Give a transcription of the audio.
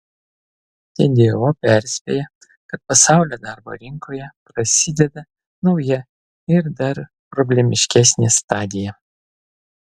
tdo perspėja kad pasaulio darbo rinkoje prasideda nauja ir dar problemiškesnė stadija